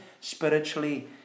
spiritually